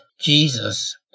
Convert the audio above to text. Jesus